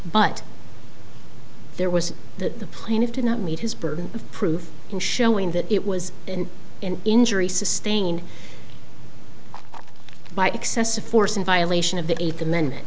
but there was that the plaintiff did not meet his burden of proof showing that it was an injury sustained by excessive force in violation of the eighth amendment